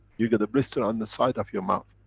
you get a blister on the side of your mouth.